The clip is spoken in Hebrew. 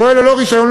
פועל ללא רישיון.